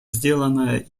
сделанное